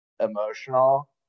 emotional